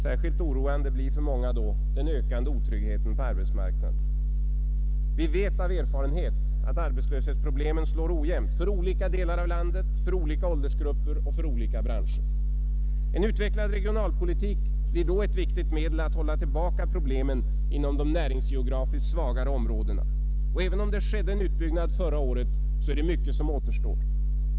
Särskilt oroande blir för många den ökande otryggheten på arbetsmarknaden. Vi vet av erfarenhet att arbetslöshetsproblemen slår ojämnt för olika delar av landet, för olika åldersgrupper och för olika branscher. En utvecklad regionalpolitik blir då ett viktigt medel att hålla tillbaka problemen inom de näringsgeografiskt svagare områdena. Även om det skedde en utbyggnad förra året så är det mycket som återstår.